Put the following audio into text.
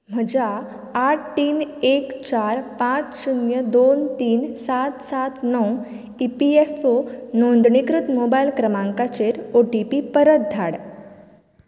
म्हज्या आठ तीन एक चार पांच शुन्य दोन तीन सात सात णव ई पी एफ ओ नोंदणीकृत मोबायल क्रमांकाचेर ओ टी पी परत धाड